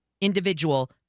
individual